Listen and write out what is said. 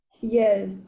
Yes